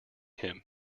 him